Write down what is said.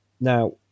Now